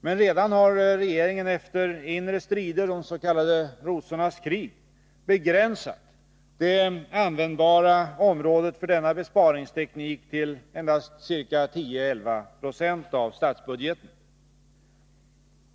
Men redan har regeringen efter inre strider — det s.k. rosornas krig — begränsat det användbara området för denna besparingsteknik till endast ca 10-11 96 av statsbudgeten.